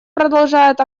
продолжает